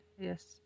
Yes